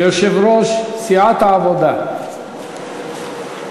יושב-ראש סיעת העבודה איתן